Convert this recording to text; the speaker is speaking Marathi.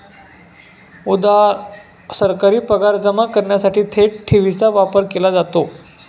उदा.सरकारी पगार जमा करण्यासाठी थेट ठेवीचा वापर केला जातो